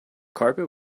carpet